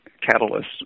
catalyst